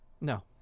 No